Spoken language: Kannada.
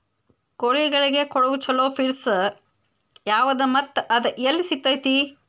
ಕೋಳಿಗಳಿಗೆ ಕೊಡುವ ಛಲೋ ಪಿಡ್ಸ್ ಯಾವದ ಮತ್ತ ಅದ ಎಲ್ಲಿ ಸಿಗತೇತಿ?